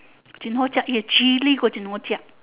jin ho jiak eh chilli jin ho jiak